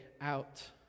out